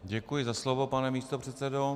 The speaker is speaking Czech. Děkuji za slovo, pane místopředsedo.